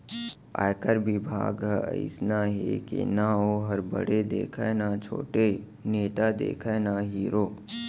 आयकर बिभाग ह अइसना हे के ना वोहर बड़े देखय न छोटे, नेता देखय न हीरो